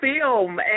film